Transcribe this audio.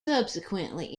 subsequently